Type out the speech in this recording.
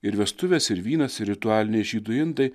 ir vestuvės ir vynas ir ritualiniai žydų indai